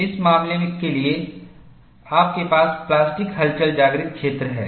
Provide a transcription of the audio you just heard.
इस मामले के लिए आपके पास प्लास्टिक हलचल जागृत क्षेत्र है